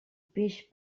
peix